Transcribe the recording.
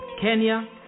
Kenya